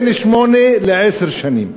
בין שמונה לעשר שנים.